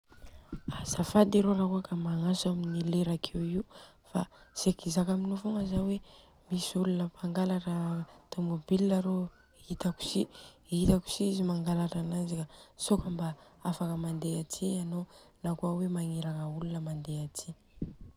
Azafady arô rakôa ka magnantso amin'ny lera akeo io fa seky izaka aminô fogna Zao hoe. Misy olona mpangalatra tomobile arô itako si itako si izy mpangalatra ananjy.. itako si izy mangalatra ananjy ka sô ka mba afaka mandeha aty anô, nakôa hoe magniraka olona mandeha aty.